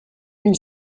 mille